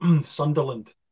Sunderland